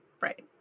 Right